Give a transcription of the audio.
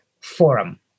forum